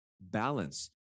balance